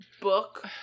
book